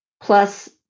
plus